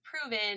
proven